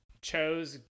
chose